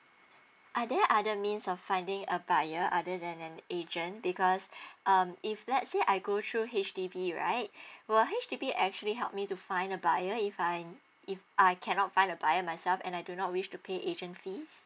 are there other means of finding a buyer other than an agent because um if lets say I go through H_D_B right will H_D_B actually help me to find a buyer if I if I cannot find the by myself and I do not wish to pay agent fee